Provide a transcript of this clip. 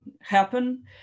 happen